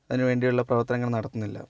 അതിന് വേണ്ടിയുള്ള പ്രവർത്തനങ്ങൾ നടത്തുന്നില്ല